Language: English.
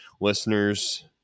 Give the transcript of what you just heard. listeners